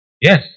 Yes